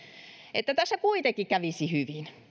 että tässä kuitenkin kävisi hyvin